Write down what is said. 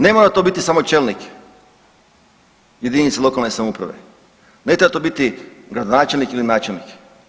Ne mora to biti samo čelnik jedinice lokalne samouprave, ne treba to biti gradonačelnik ili načelnik.